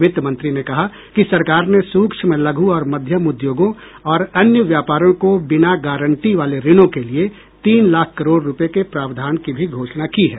वित्त मंत्री ने कहा कि सरकार ने सूक्ष्म लघु और मध्यम उद्यमों और अन्य व्यापारों को बिना गारंटी वाले ऋणों के लिए तीन लाख करोड़ रुपये के प्रावधान की भी घोषणा की है